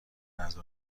نذر